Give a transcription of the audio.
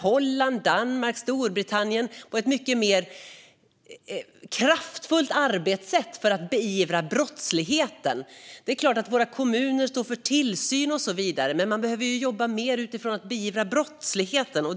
Holland, Danmark och Storbritannien visar ett mycket mer kraftfullt arbetssätt för att beivra denna brottslighet. Det är klart att våra kommuner står för tillsyn och så vidare, men man behöver jobba mer utifrån att beivra brottsligheten.